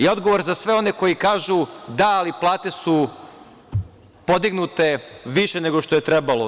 Odgovor za sve one koji kažu – da, ali plate su podignute više nego što je trebalo.